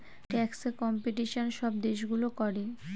ট্যাক্সে কম্পিটিশন সব দেশগুলো করে